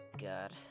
God